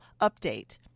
update